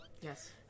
Yes